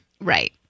Right